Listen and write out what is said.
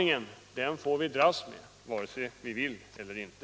Den får vi dras med vare sig vi vill eller inte.